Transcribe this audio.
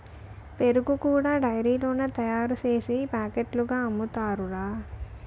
పెరుగు కూడా డైరీలోనే తయారుసేసి పాకెట్లుగా అమ్ముతారురా